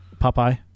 Popeye